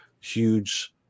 huge